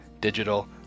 digital